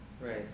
Right